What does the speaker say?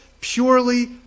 purely